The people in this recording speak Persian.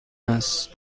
است